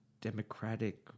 Democratic